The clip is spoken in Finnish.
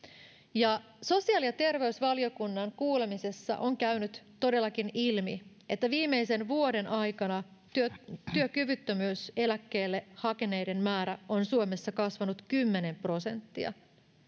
sosiaali ja terveysvaliokunnan kuulemisessa on käynyt todellakin ilmi että viimeisen vuoden aikana työkyvyttömyyseläkkeelle hakeneiden määrä on suomessa kasvanut kymmenen prosenttia